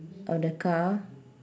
of the car